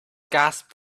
gasped